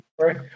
Right